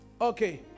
okay